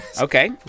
Okay